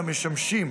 ומשמשים